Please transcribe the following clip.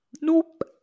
Nope